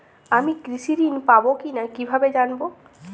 আমি কৃষি ঋণ পাবো কি না কিভাবে জানবো?